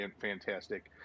fantastic